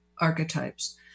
archetypes